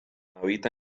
habita